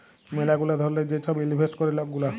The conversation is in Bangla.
ম্যালা গুলা ধরলের যে ছব ইলভেস্ট ক্যরে লক গুলা